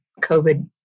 COVID